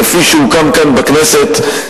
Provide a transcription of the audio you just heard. כפי שהוקם כאן בכנסת,